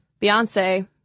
Beyonce